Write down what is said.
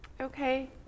Okay